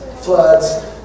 floods